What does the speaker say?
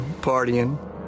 partying